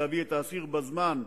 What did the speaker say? להביא את האסיר בזמן,